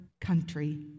country